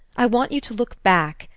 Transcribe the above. i want you to look back,